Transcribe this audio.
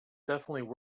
definitely